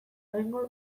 egingo